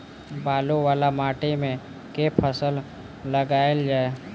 बालू वला माटि मे केँ फसल लगाएल जाए?